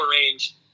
range